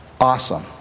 awesome